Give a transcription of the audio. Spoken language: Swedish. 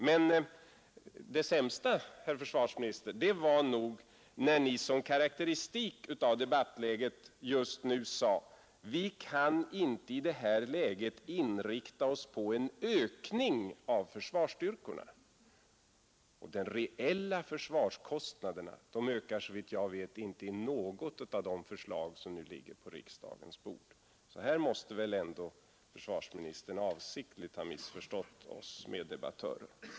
Men det sämsta, herr försvarsminister, var nog när Ni som karakteristik av debattläget just nu sade att vi inte kan i detta läge inrikta oss på en ökning av försvarskostnaderna. De reella försvarskostnaderna ökar såvitt jag förstår inte enligt något av de förslag som nu ligger på riksdagens bord. Här måste ändå försvarsministern avsiktligt ha missförstått oss meddebattörer.